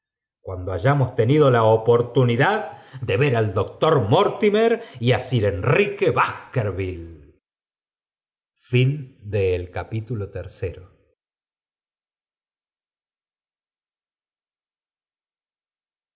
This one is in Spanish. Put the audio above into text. cuando hayamos tenido la oportunidad de ver al doctor mortimer y á sir enrique baekerville